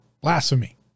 Blasphemy